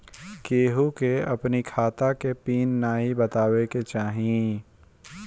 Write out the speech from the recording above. केहू के अपनी खाता के पिन नाइ बतावे के चाही